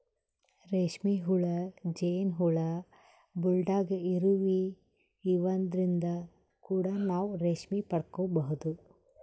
ರೇಶ್ಮಿ ಹುಳ, ಜೇನ್ ಹುಳ, ಬುಲ್ಡಾಗ್ ಇರುವಿ ಇವದ್ರಿನ್ದ್ ಕೂಡ ನಾವ್ ರೇಶ್ಮಿ ಪಡ್ಕೊಬಹುದ್